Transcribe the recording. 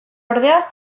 ordea